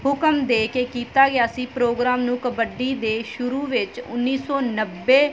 ਹੁਕਮ ਦੇ ਕੇ ਕੀਤਾ ਗਿਆ ਸੀ ਪ੍ਰੋਗਰਾਮ ਨੂੰ ਕਬੱਡੀ ਦੇ ਸ਼ੁਰੂ ਵਿੱਚ ਉੱਨੀ ਸੌ ਨੱਬੇ